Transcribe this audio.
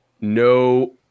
no